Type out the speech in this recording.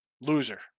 loser